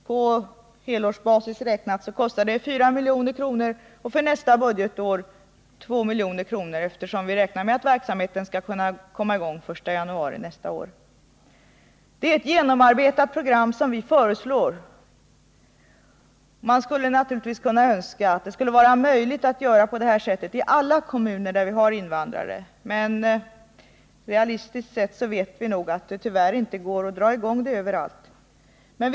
På helårsbasis räknat kostar det 4 milj.kr. och för nästa budgetår 2 milj.kr., eftersom vi räknar med att verksamheten skall komma i gång från den 1 januari nästa år. Det är ett genomarbetat program vi föreslår. Man skulle naturligtvis önska att det vore möjligt att jobba på det här sättet i alla kommuner där man har invandrare. Men realistiskt sett vet vi att det tyvärr inte går att dra i gång en sådan verksamhet överallt.